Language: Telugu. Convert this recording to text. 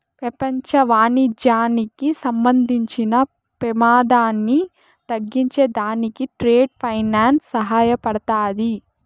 పెపంచ వాణిజ్యానికి సంబంధించిన పెమాదాన్ని తగ్గించే దానికి ట్రేడ్ ఫైనాన్స్ సహాయపడతాది